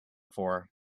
for